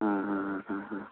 ആ ആ ആ ആ ആ